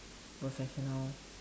professional